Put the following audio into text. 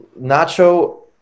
Nacho